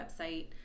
website